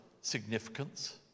significance